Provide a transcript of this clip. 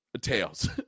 tails